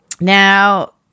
Now